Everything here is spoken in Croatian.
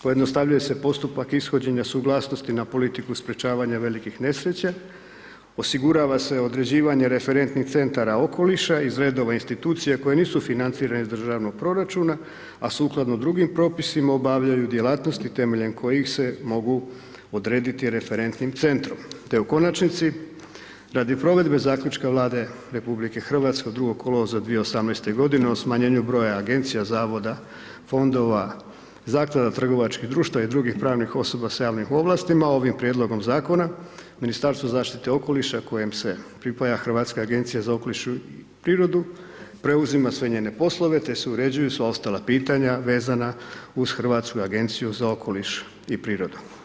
Pojednostavljuje se postupak ishođenja suglasnosti na politiku sprječavanja velikih nesreća, osigurava se određivanje referentnih centara okoliša iz redova institucija koje nisu financirane iz državnog proračuna, a sukladno drugim propisima obavljaju djelatnosti temeljem kojih se mogu odrediti referentnim centrom te u konačnici, radi provedbe Zaključka Vlade RH od 02. kolovoza 2018. o smanjenu broja agencija, zavoda, fondova, zaklada, trgovačkih društava i drugih pravnih osoba s javnim ovlastima, ovim prijedlogom zakona Ministarstvo zaštite okoliša kojem se pripaja Hrvatska agencija za okoliš i prirodu preuzima sve njene poslove te se uređuju sva ostala pitanja vezana uz Hrvatsku agenciju za okoliš i prirodu.